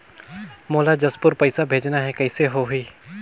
मोला जशपुर पइसा भेजना हैं, कइसे होही?